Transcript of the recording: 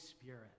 Spirit